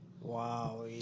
Wow